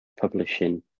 publishing